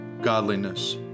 godliness